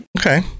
okay